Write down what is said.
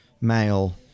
male